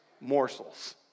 morsels